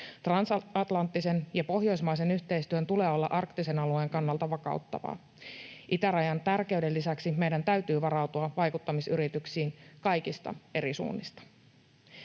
Transatlanttisen ja pohjoismaisen yhteistyön tulee olla arktisen alueen kannalta vakauttavaa. Itärajan tärkeyden lisäksi meidän täytyy varautua vaikuttamisyrityksiin kaikista eri suunnista.